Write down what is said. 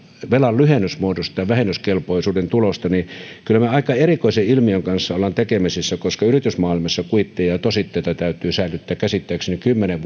velan lyhennys muodostaa vähennyskelpoisuuden tuloista niin kyllä me aika erikoisen ilmiön kanssa olemme tekemisissä koska yritysmaailmassa kuitteja ja tositteita täytyy säilyttää käsittääkseni kymmenen